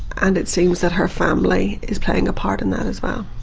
and it seems that her family is playing a part in that as well.